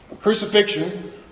Crucifixion